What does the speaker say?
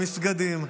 במסגדים,